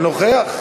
נוכח.